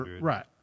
Right